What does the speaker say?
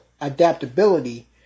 adaptability